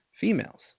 females